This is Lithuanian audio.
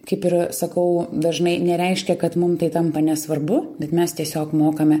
kaip ir sakau dažnai nereiškia kad mums tai tampa nesvarbu bet mes tiesiog mokame